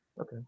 okay